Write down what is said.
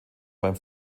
beim